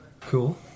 Cool